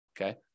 okay